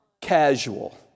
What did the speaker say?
casual